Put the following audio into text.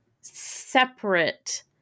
separate